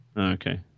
Okay